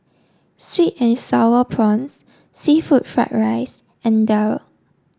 sweet and sour prawns seafood fried rice and Daal